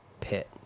pit